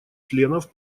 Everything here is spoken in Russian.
членов